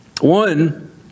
One